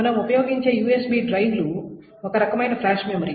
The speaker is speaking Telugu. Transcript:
మనం ఉపయోగించే USB డ్రైవ్లు ఒక రకమైన ఫ్లాష్ మెమరీ